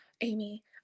Amy